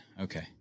Okay